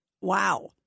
Wow